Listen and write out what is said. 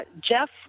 Jeff